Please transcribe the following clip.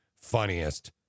funniest